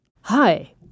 Hi